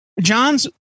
Johns